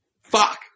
fuck